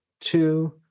Two